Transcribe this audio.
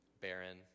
Baron